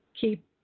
keep